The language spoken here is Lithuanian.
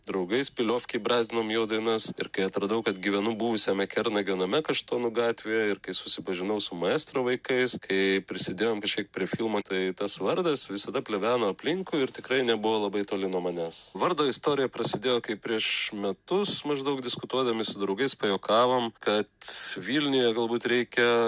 draugais piliofkėj brazdinom jo dainas ir kai atradau kad gyvenu buvusiame kernagio name kaštonų gatvėje ir kai susipažinau su maestro vaikais kai prisidėjom kažkiek prie filmo tai tas vardas visada pleveno aplinkui ir tikrai nebuvo labai toli nuo manęs vardo istorija prasidėjo kai prieš metus maždaug diskutuodami su draugais pajuokavom kad vilniuje galbūt reikia